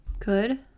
Good